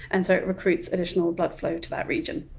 and so it recruits additional blood flow to that region.